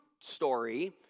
story